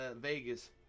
Vegas